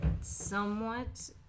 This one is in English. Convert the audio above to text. somewhat